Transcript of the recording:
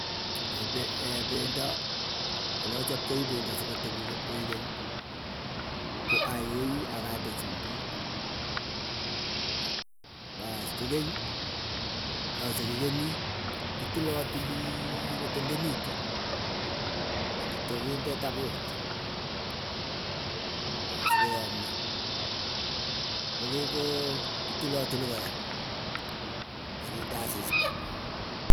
epe eependo olachoptai pendo sikotepi koekeny, ko ayoi akande chumbik. Bas kokeny asirikeny kitilalatilii kotendenitu andatia kende taput baas sokoyamyo. kokeny koo kitilatili kora akinde asista.